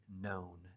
known